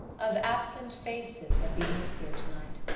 of absent faces that we miss here tonight.